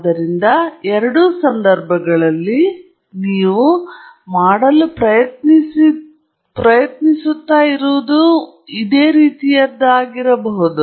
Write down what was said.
ಆದ್ದರಿಂದ ಈ ಎರಡೂ ಸಂದರ್ಭಗಳಲ್ಲಿ ನೀವು ಮಾಡಲು ಪ್ರಯತ್ನಿಸುತ್ತಿರುವುದು ಇದೇ ರೀತಿಯದ್ದಾಗಿರಬಹುದು